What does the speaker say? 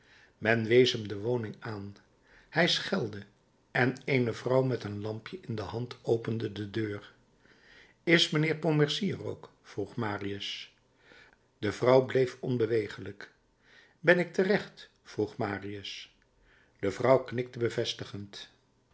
men wees hem de woning aan hij schelde en eene vrouw met een lampje in de hand opende de deur is mijnheer pontmercy er ook vroeg marius de vrouw bleef onbewegelijk ben ik terecht vroeg marius de vrouw knikte bevestigend